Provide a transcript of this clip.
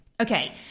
Okay